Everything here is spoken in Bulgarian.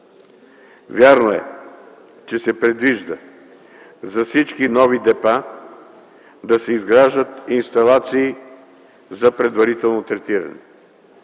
Вярно е, че се предвижда за всички нови депа да се изграждат инсталации за предварително третиране.